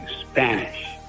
Spanish